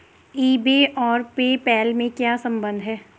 ई बे और PayPal में क्या संबंध है?